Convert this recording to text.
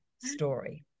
story